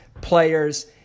players